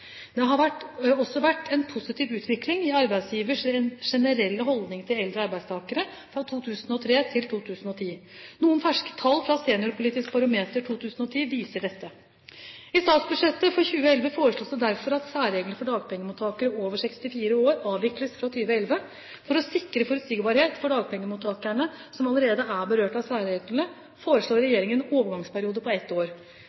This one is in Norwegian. Det har også vært en positiv utvikling i arbeidsgivers generelle holdning til eldre arbeidstakere fra 2003 til 2010, noe ferske tall fra Norsk seniorpolitisk barometer 2010 viser. I statsbudsjettet for 2011 foreslås det derfor at særreglene for dagpengemottakere over 64 år avvikles fra 2011. For å sikre forutsigbarhet for dagpengemottakerne som allerede er berørt av særreglene, foreslår regjeringen en overgangsperiode på ett år.